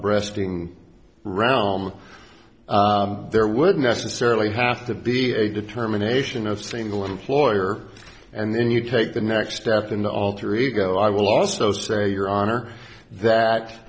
breasting round there would necessarily have to be a determination of single employer and then you take the next step and alter ego i will also say your honor that